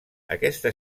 aquesta